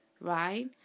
right